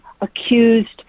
Accused